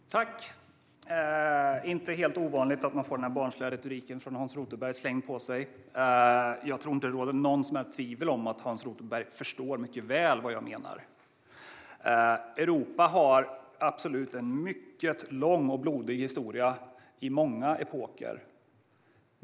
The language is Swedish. Fru talman! Det är inte helt ovanligt att man får den här barnsliga retoriken slängd på sig från Hans Rothenberg. Jag tror inte att det råder något som helst tvivel om att Hans Rothenberg mycket väl förstår vad jag menar. Europa har absolut haft en mycket lång och blodig historia under många epoker.